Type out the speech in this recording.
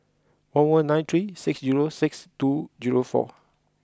one one nine three six zero six two zero four